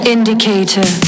Indicator